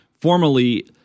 formally